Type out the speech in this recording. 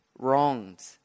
wronged